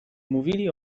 mówili